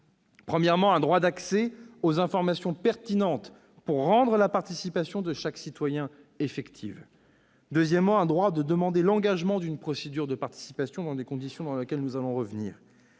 premièrement, un droit d'accès aux informations pertinentes pour rendre la participation de chaque citoyen effective ; deuxièmement, un droit de demander l'engagement d'une procédure de participation dans des conditions sur lesquelles nous reviendrons